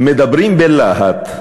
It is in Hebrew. מדברים בלהט,